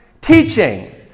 teaching